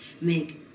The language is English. make